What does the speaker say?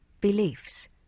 beliefs